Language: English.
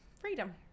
freedom